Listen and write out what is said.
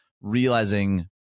realizing